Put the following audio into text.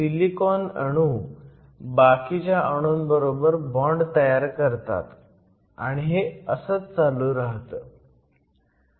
तर सिलिकॉन अणू बाकीच्या अणूंबरोबर बॉण्ड तयार करतात आणि हे असंच चालू राहतं